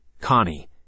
Connie